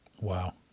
Wow